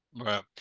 Right